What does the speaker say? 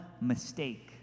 mistake